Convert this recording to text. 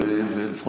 כל הפנימיות.